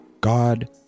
God